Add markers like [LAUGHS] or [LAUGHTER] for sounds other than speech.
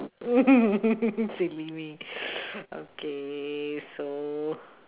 [LAUGHS] silly me [BREATH] okay so